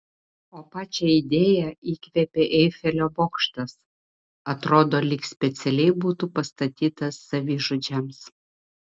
o pačią idėją įkvėpė eifelio bokštas atrodo lyg specialiai būtų pastatytas savižudžiams